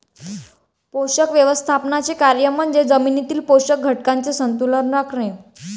पोषक व्यवस्थापनाचे कार्य म्हणजे जमिनीतील पोषक घटकांचे संतुलन राखणे